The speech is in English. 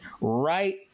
right